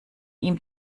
ihm